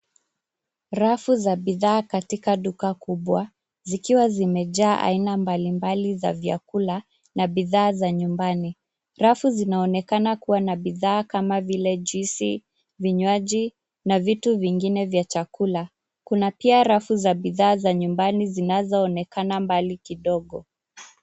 Rafu za bidhaa katika duka kubwa, zikiwa zimejaa aina mbalimbali za vyakula na bidhaa za nyumbani. Rafu zinaonekana kuwa na bidhaa kama vile juice , vinywaji na vitu vingine vya chakula. Kuna pia rafu za bidhaa za nyumbani zinazoonekana mbali kidogo.